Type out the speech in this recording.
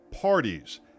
parties